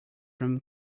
from